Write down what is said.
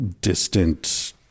distant